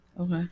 Okay